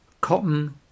Cotton